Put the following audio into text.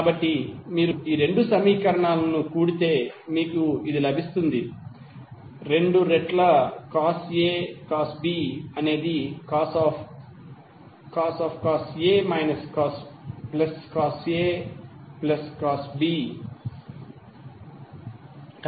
కాబట్టి మీరు ఈ రెండు సమీకరణాలను కూడితే మీకు ఇది లభిస్తుంది రెండు రెట్ల cos A cos B అనేది cos A minus B plus cos A plus B